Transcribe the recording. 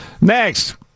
Next